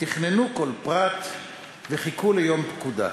תכננו כל פרט וחיכו ליום פקודה.